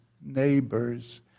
neighbors